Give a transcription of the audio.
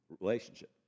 relationship